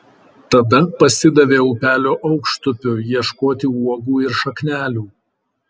tada pasidavė upelio aukštupiu ieškoti uogų ir šaknelių